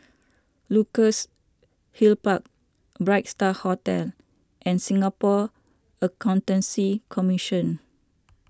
Luxus Hill Park Bright Star Hotel and Singapore Accountancy Commission